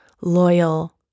loyal